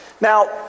Now